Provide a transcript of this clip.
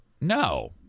no